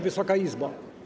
Wysoka Izbo!